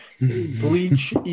bleach